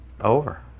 over